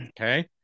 okay